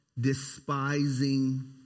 despising